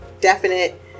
definite